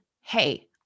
Hey